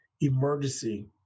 Emergency